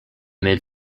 made